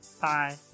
Bye